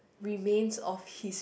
remains of his